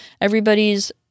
everybody's